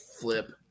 Flip